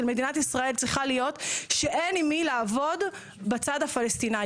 של מדינת ישראל צריכה להיות שאין עם מי לעבוד בצד הפלסטיני.